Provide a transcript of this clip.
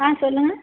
ஆ சொல்லுங்கள்